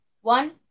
One